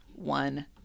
one